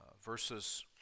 verses